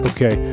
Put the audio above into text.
Okay